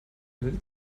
müll